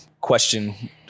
question